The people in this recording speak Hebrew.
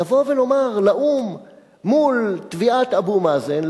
לבוא ולומר לאו"ם מול תביעת אבו מאזן,